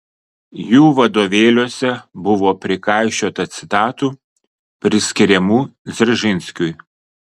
jų vadovėliuose buvo prikaišiota citatų priskiriamų dzeržinskiui